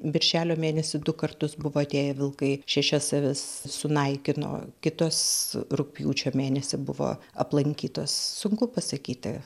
birželio mėnesį du kartus buvo atėję vilkai šešias avis sunaikino kitos rugpjūčio mėnesį buvo aplankytos sunku pasakyti